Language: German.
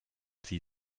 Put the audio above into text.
sie